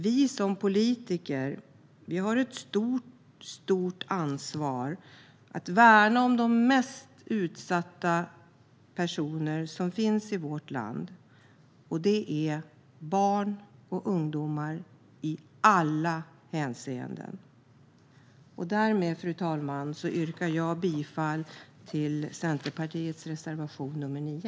Vi politiker har ett stort ansvar för att värna om de mest utsatta personerna i vårt land, barn och ungdomar, i alla hänseenden. Fru talman! Jag yrkar bifall till Centerpartiets reservation, nr 9.